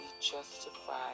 justified